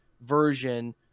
version